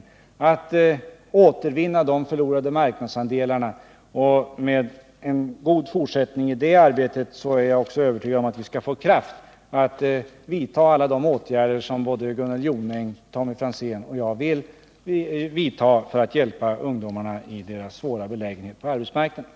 Åtgärder har vidtagits för att återvinna de förlorade marknadsandelarna, och med en god fortsättning i det arbetet är jag övertygad om att vi också skall få kraft att genomföra alla de åtgärder som Gunnel Jonäng, Tommy Franzén och jag vill vidta för att hjälpa ungdomarna i deras svåra belägenhet på arbetsmarknaden.